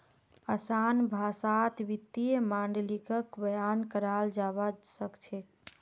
असान भाषात वित्तीय माडलिंगक बयान कराल जाबा सखछेक